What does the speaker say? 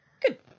Good